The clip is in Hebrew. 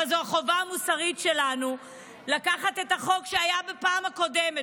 אבל זו החובה המוסרית שלנו לקחת את החוק שהיה בפעם הקודמת,